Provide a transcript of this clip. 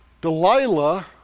Delilah